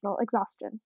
exhaustion